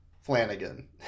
Flanagan